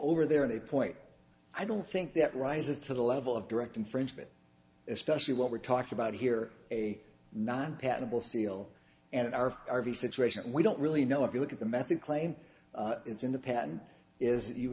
over there in the point i don't think that rises to the level of direct infringement especially what we're talking about here a non patentable seal and our r v situation we don't really know if you look at the method claim it's in the pen is